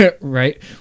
Right